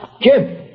Jim